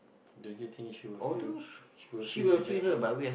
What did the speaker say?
don't you think she'll feel she'll feel rejected